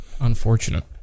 Unfortunate